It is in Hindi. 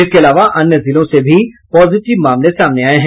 इसके अलावा अन्य जिलों से भी पॉजिटिव मामले सामने आये हैं